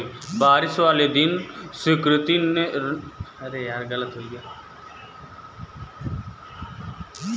बारिश वाले दिन सुकृति रबड़ से बना हुआ रेनकोट पहनकर गई